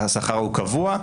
השכר הוא קבוע,